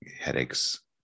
headaches